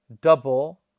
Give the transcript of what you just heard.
double